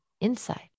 inside